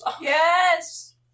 Yes